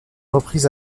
reprise